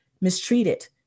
mistreated